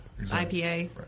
IPA